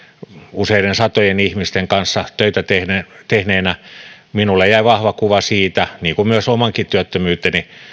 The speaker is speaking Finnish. useiden satojen ihmisten kanssa töitä tehneenä tehneenä minulle jäi vahva kuva siitä niin kuin myös oman työttömyyteni